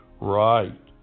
right